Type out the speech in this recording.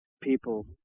people